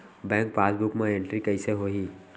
Bank passbook मा entry कइसे होही?